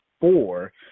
four